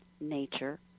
nature